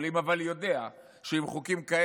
כמי שלא רוצה לראות חמץ בבתי החולים אבל יודע שעם חוקים כאלה,